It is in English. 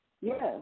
Yes